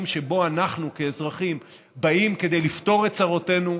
שאליו אנחנו כאזרחים באים כדי לפתור את צרותינו,